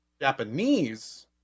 Japanese